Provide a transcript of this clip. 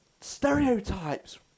Stereotypes